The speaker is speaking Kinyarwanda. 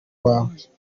wawe